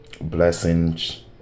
blessings